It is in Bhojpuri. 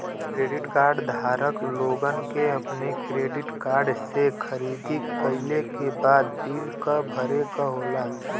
क्रेडिट कार्ड धारक लोगन के अपने क्रेडिट कार्ड से खरीदारी कइले के बाद बिल क भरे क होला